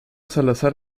salazar